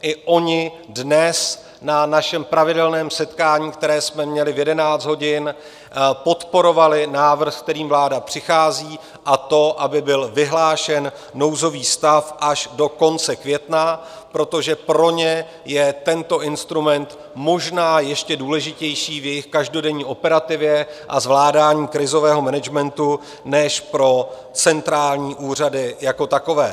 I oni dnes na našem pravidelném setkání, které jsme měli v 11 hodin, podporovali návrh, s kterým vláda přichází, a to aby byl vyhlášen nouzový stav až do konce května, protože pro ně je tento instrument možná ještě důležitější v jejich každodenní operativě a zvládání krizového managementu než pro centrální úřady jako takové.